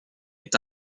est